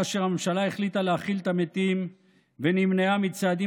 כאשר הממשלה החליטה להכיל את המתים ונמנעה מצעדים